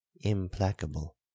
implacable